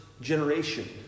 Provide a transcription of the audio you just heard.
generation